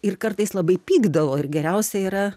ir kartais labai pykdavo ir geriausia yra